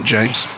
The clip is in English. James